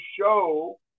Show